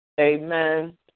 Amen